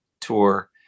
tour